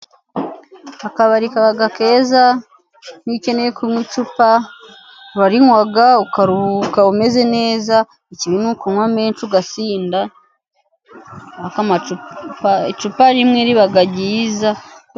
Akabari kaba keza, iyo ukeneye kunywa icupa urariywa ukaruhuka umeze neza, ikibi ni ukunywa menshi ugasinda, iariko icupa rimwe riba ryiza.